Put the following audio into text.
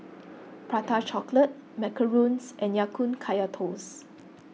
Prata Chocolate Macarons and Ya Kun Kaya Toast